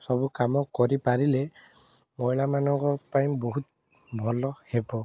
ସବୁ କାମ କରିପାରିଲେ ମହିଳାମାନଙ୍କ ପାଇଁ ବହୁତ ଭଲ ହେବ